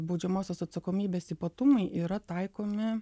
baudžiamosios atsakomybės ypatumai yra taikomi